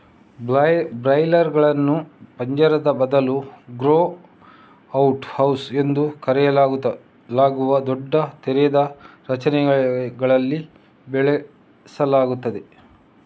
ಬ್ರಾಯ್ಲರುಗಳನ್ನು ಪಂಜರದ ಬದಲು grow out house ಎಂದು ಕರೆಯಲಾಗುವ ದೊಡ್ಡ ತೆರೆದ ರಚನೆಗಳಲ್ಲಿ ಬೆಳೆಸಲಾಗುತ್ತದೆ